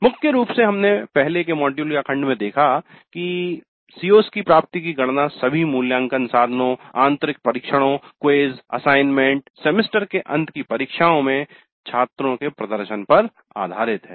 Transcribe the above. मुख्य रूप से हमने पहले के मॉड्यूलखंड में भी देखा है कि CO's की प्राप्ति की गणना सभी मूल्यांकन साधनों आंतरिक परीक्षणों क्विज़ असाइनमेंट सेमेस्टर के अंत की परीक्षाओं में छात्रों के प्रदर्शन पर आधारित है